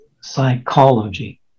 psychology